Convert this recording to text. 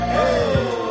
Hey